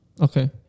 Okay